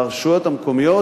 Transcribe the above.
וברשויות המקומיות,